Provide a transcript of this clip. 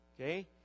Okay